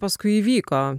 paskui įvyko